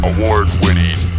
Award-winning